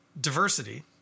diversity